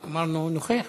אמרנו: נוכֵחַ.